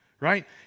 Right